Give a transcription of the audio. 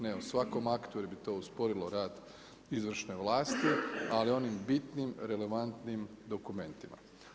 Ne u svakom aktu, jer bi to usporilo rad izvršne vlasti, ali onim bitnim relevantnim dokumentima.